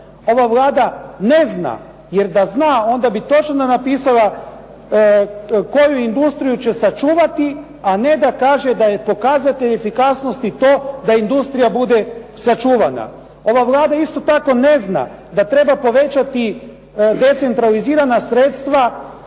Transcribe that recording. ova Vlada ne zna jer da zna onda bi točno napisala koju industriju će sačuvati, a ne da kaže da je pokazatelj efikasnosti to da industrija bude sačuvana. Ova vlada isto tako ne zna da treba povećati decentralizirana sredstva